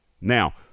Now